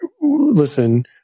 listen